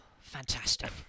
Fantastic